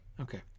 Okay